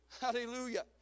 Hallelujah